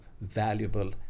valuable